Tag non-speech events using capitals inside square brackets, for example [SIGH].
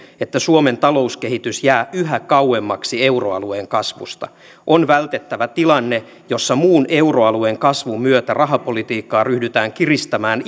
että suomen talouskehitys jää yhä kauemmaksi euroalueen kasvusta on vältettävä tilanne jossa muun euroalueen kasvun myötä rahapolitiikkaa ryhdytään kiristämään [UNINTELLIGIBLE]